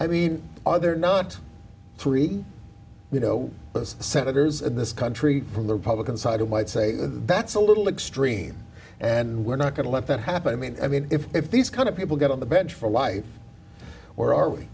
i mean are there not three you know those senators in this country from the republican side of white say that's a little extreme and we're not going to let that happen i mean i mean if these kind of people get on the bench for life or are we